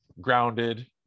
grounded